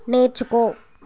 నేర్చుకో